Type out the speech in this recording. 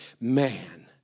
man